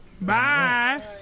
Bye